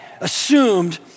assumed